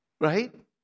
right